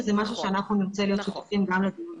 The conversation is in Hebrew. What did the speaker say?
וזה משהו שאנחנו נרצה להיות שותפים גם בדיון הזה.